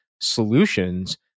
solutions